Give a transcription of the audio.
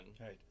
Right